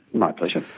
my pleasure.